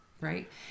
right